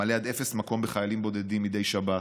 המלא עד אפס מקום בחיילים בודדים מדי שבת,